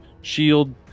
shield